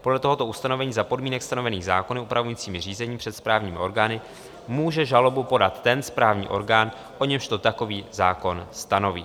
Podle tohoto ustanovení za podmínek stanovených zákony upravujícími řízení před správními orgány může žalobu podat ten správní orgán, o němž to takový zákon stanoví.